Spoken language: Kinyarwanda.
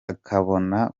akabona